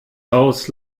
haus